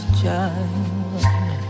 child